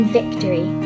victory